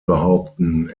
behaupten